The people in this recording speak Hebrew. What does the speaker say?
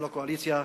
גם לקואליציה,